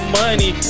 money